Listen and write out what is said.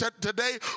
today